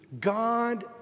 God